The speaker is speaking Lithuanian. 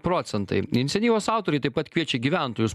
procentai iniciatyvos autoriai taip pat kviečia gyventojus